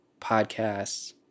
podcasts